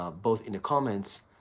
ah both in the comments,